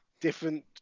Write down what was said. different